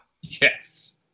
Yes